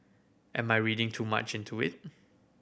am I reading too much into it